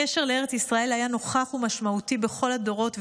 הקשר לארץ ישראל היה נוכח ומשמעותי בכל הדורות,